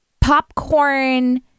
popcorn